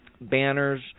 banners